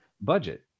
budget